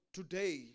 today